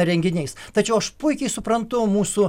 renginiais tačiau aš puikiai suprantu mūsų